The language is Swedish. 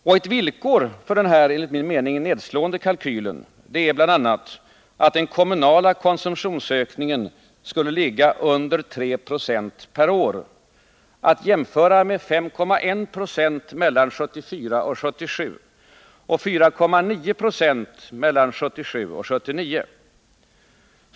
Och ett villkor för denna enligt min mening nedslående kalkyl är bl.a. att den kommunala konsumtionsökningen skulle ligga under 3 26 per år, att jämföra med 5,1 20 mellan 1974 och 1977 och 4,9 20 mellan 1977 och 1979.